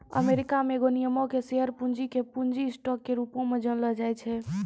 America मे एगो निगमो के शेयर पूंजी के पूंजी स्टॉक के रूपो मे जानलो जाय छै